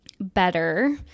better